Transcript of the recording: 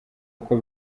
uko